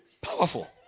powerful